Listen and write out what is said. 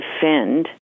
Defend